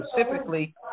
specifically